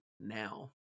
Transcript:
now